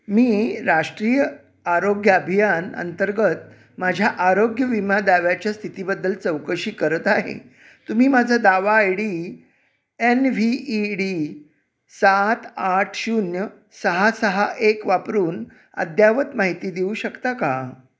मी राष्ट्रीय आरोग्य अभियान अंतर्गत माझ्या आरोग्य विमा दाव्याच्या स्थितीबद्दल चौकशी करत आहे तुम्ही माझा दावा I D N V E D सात आठ शून्य सहा सहा एक वापरून अद्ययावत माहिती देऊ शकता का